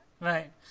Right